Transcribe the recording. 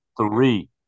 Three